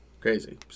crazy